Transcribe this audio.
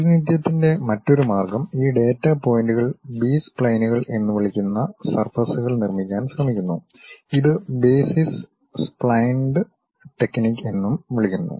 പ്രാതിനിധ്യത്തിന്റെ മറ്റൊരു മാർഗ്ഗംഈ ഡാറ്റാ പോയിന്റുകൾ ബി സ്പ്ലൈനുകൾ എന്ന് വിളിക്കുന്ന സർഫസ്കൾ നിർമ്മിക്കാൻ ശ്രമിക്കുന്നു ഇത് ബേസിസ് സ്പ്ലൈൻസ് ടെക്നിക് എന്നും വിളിക്കുന്നു